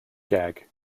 gag